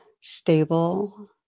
stable